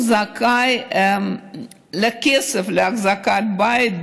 זכאי לכסף לאחזקת בית,